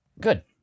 Good